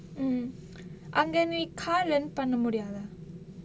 mm அங்க நீ:anga nee car rent பண்ண முடியாதா:panna mudiyaathaa